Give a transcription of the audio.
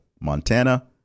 Montana